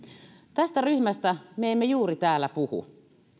tästä ryhmästä me emme juuri täällä puhu